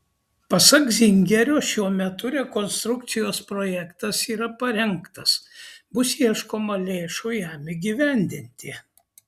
pasak zingerio šiuo metu rekonstrukcijos projektas yra parengtas bus ieškoma lėšų jam įgyvendinti